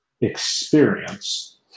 experience